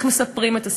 איך מספרים את הסיפור,